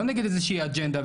לא נגד איזו שהיא אג'נדה,